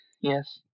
yes